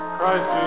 Christ